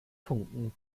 funken